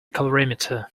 calorimeter